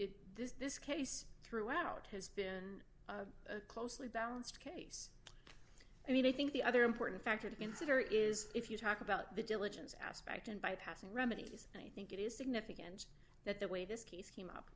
but this case throughout has been a closely balanced case i mean i think the other important factor to consider is if you talk about the diligence aspect and bypassing remedies i think it is significant that the way this case came up